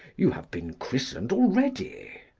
you have been christened already?